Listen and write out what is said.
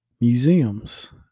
museums